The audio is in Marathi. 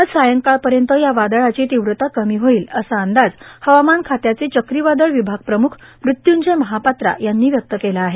आज सायंकाळपर्यंत या वादळाची तीव्रता कमी होईल असा अंदाज हवामान खात्याचे चक्रीवादळ विभाग प्रमुख मृत्युंजय महापात्रा यांनी व्यक्त केला आहे